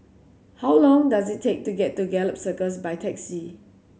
how long does it take to get to Gallop Circus by taxi